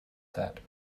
that